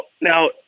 now